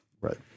Right